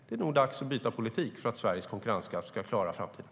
Det är nog dags att byta politik för att Sveriges konkurrenskraft ska klara framtiden.